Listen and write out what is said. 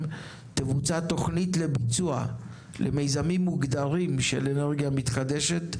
תבוצע תכנית לביצוע של מיזמים מוגדרים של אנרגיה מתחדשת,